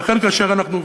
ולכן כאשר אנחנו,